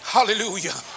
Hallelujah